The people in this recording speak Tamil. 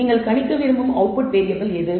நீங்கள் கணிக்க விரும்பும் அவுட்புட் வேறியபிள் எது